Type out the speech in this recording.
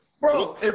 Bro